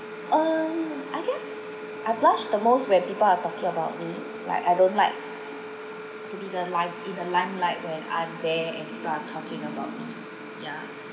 um I guess I blushed the most when people are talking about me like I don't like to be the like in the limelight when I'm there and people are talking about me ya